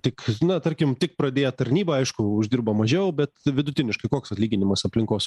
tik na tarkim tik pradėję tarnybą aišku uždirba mažiau bet vidutiniškai koks atlyginimas aplinkos